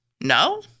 No